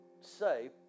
say